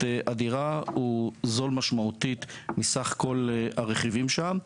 הדירה הוא זול משמעותית מסך כל הרכיבים שם.